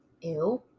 ew